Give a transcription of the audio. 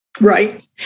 Right